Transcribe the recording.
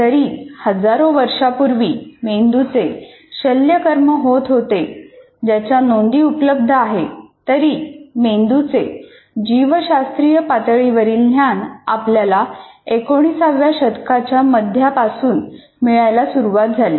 जरी हजारो वर्षांपूर्वी मेंदूचे शल्यकर्म होत होते याच्या नोंदी उपलब्ध आहेत तरी मेंदूचे जीवशास्त्रीय पातळीवरील ज्ञान आपल्याला एकोणिसाव्या शतकाच्या मध्यापासून मिळायला सुरुवात झाली